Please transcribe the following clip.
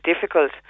difficult